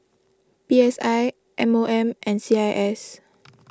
P S I M O M and C I S